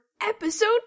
Episode